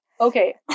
Okay